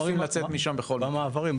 כן, הם מעדיפים לצאת משם בכל מקרה.